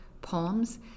poems